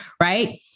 Right